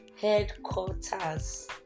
Headquarters